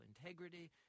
integrity